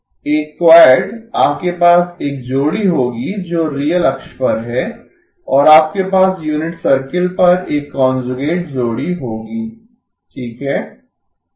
एक क्वैड आपके पास एक जोड़ी होगी जो रियल अक्ष पर है और आपके पास यूनिट सर्किल पर एक कांजुगेट जोड़ी होगी ठीक है